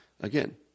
again